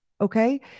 Okay